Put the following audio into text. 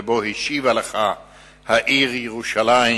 ובו השיבה לך העיר ירושלים